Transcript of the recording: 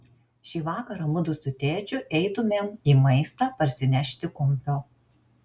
šį vakarą mudu su tėčiu eitumėm į maistą parsinešti kumpio